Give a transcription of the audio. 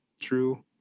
true